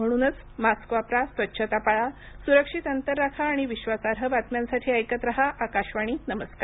म्हणूनच मास्क वापरा स्वच्छता पाळा सुरक्षित अंतर राखा आणि विश्वासार्ह बातम्यांसाठी ऐकत राहा आकाशवाणी नमस्कार